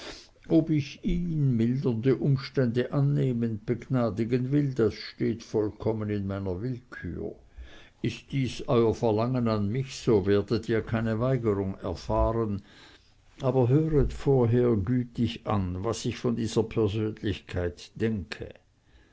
ob ich ihn mildernde umstände annehmend begnadigen will das steht vollkommen in meiner willkür ist dies euer verlangen an mich so werdet ihr keine weigerung erfahren aber höret vorher gütig an was ich von dieser persönlichkeit denke